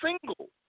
single